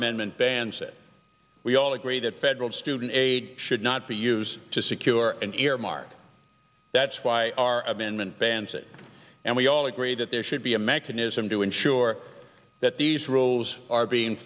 amendment bans it we all agree that federal student aid should not be used to secure and earmark that's why our amendment bans it and we all agree that there should be a mechanism to ensure that these rules are being